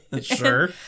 sure